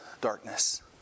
darkness